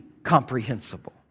comprehensible